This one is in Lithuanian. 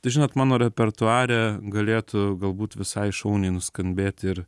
tai žinot mano repertuare galėtų galbūt visai šauniai nuskambėti ir